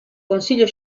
consiglio